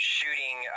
shooting